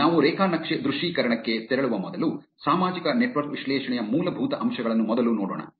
ನಾವು ರೇಖಾ ನಕ್ಷೆ ದೃಶ್ಯೀಕರಣಕ್ಕೆ ತೆರಳುವ ಮೊದಲು ಸಾಮಾಜಿಕ ನೆಟ್ವರ್ಕ್ ವಿಶ್ಲೇಷಣೆಯ ಮೂಲಭೂತ ಅಂಶಗಳನ್ನು ಮೊದಲು ನೋಡೋಣ